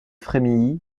frémilly